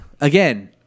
Again